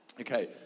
Okay